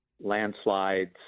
landslides